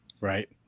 Right